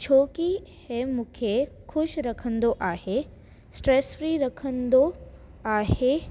छोकी हीउ मूंखे ख़ुशि रखंदो आहे स्ट्रेस फ्री रखंदो आहे